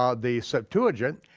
um the septuagint,